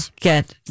get